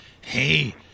hey